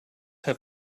have